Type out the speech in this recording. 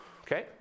Okay